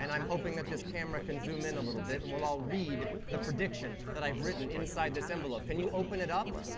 and i'm hoping that this camera can zoom in a little bit, and we'll all read the prediction that i've written inside this envelope, can you open it up?